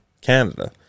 Canada